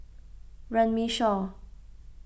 Runme Shaw